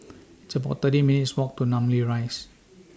It's about thirty minutes' Walk to Namly Rise